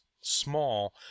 small